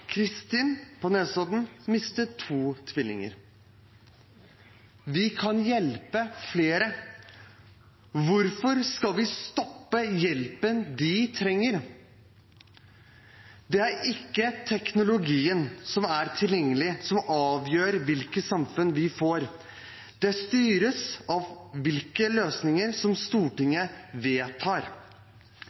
på Nesodden, mistet tvillinger. Vi kan hjelpe flere. Hvorfor skal vi stoppe hjelpen de trenger? Det er ikke teknologien som er tilgjengelig, som avgjør hvilket samfunn vi får. Det styres av hvilke løsninger Stortinget vedtar.